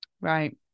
right